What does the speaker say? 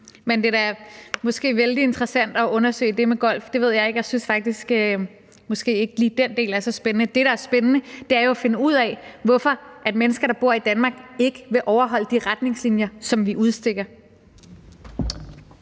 Men det er da måske vældig interessant at undersøge det med golf – eller det ved jeg ikke, jeg synes måske faktisk ikke, at lige den del er så spændende. Det, der er spændende, er jo at finde ud af, hvorfor mennesker, der bor i Danmark, ikke vil overholde de retningslinjer, som vi udstikker.